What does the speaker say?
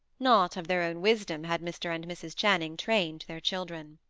not of their own wisdom had mr. and mrs. channing trained their children.